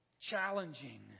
challenging